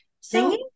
Singing